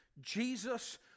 Jesus